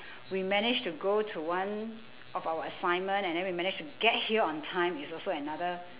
we managed to go to one of our assignment and then we manage to get here on time is also another